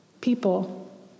People